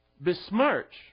besmirch